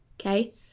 okay